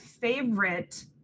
favorite